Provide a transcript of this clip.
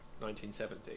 1970